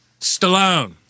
Stallone